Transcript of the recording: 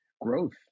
growth